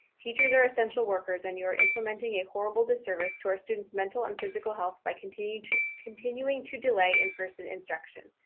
teachers are essential workers, and you're implementing a horrible disservice to our students mental and physical health by continuing to continuing to delay in person instruction.